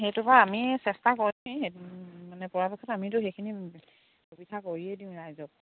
সেইটো বাৰু আমিয়েই চেষ্টা কৰিম মানে পৰাপক্ষত আমিতো সেইখিনি সুবিধা কৰিয়ে দিওঁ ৰাইজক